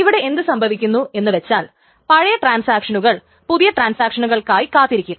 ഇവിടെ എന്തു സംഭവിക്കുന്നു എന്നു വച്ചാൽ പഴയ ട്രാൻസാക്ഷനുകൾ പുതിയ ട്രാൻസാക്ഷനുകൾക്കായി കാത്തിരിക്കും